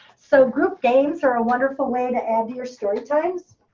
so group games are a wonderful way to add to your story times.